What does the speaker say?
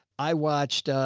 i watched, ah,